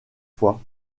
fois